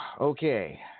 Okay